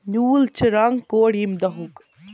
نیوٗل چھُ رَنٛگ کوڈ ییٚمہِ دۄہُک